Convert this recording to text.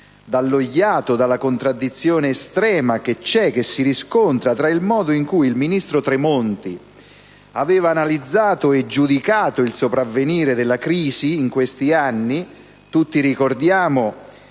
dallo iato, dalla contraddizione estrema e dal paradosso che c'è e si riscontra tra il modo in cui il ministro Tremonti aveva analizzato e giudicato il sopravvenire della crisi in questi anni (tutti ricordiamo